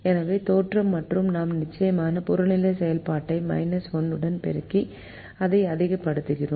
எனவே தோற்றம் மற்றும் நாம் நிச்சயமாக புறநிலை செயல்பாட்டை 1 உடன் பெருக்கி அதை அதிகப்படுத்துகிறோம்